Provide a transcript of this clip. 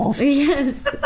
Yes